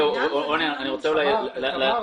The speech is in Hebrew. תמר,